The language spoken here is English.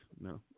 No